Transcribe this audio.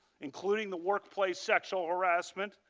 including the workplace sexual harassment.